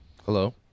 hello